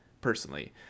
personally